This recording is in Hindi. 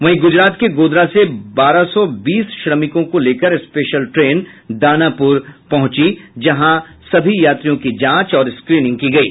वहीं गुजरात के गोधरा से बारह सौ बीस श्रमिकों को लेकर स्पेशल ट्रेन दानापुर पहुंची है जहां उनकी जांच और स्क्रीनिंग की गयी